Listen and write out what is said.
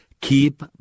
keep